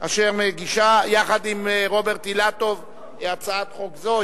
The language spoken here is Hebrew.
אשר מגישה יחד עם רוברט אילטוב הצעת חוק זו,